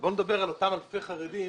בוא נדבר על אותם אלפי חרדים